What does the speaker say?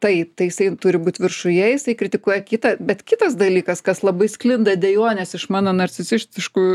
tai tai isai turi būt viršuje jisai kritikuoja kitą bet kitas dalykas kas labai sklinda dejonės iš mano narcisistiškų